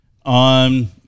On